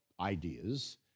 ideas